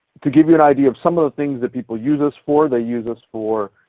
to give you an idea of some of the things that people use us for, they use us for